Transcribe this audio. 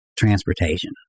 transportation